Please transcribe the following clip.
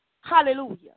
Hallelujah